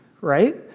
right